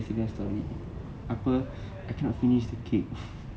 Instagram story apa I cannot finish the cake